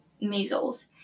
measles